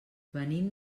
venim